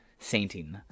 Sainting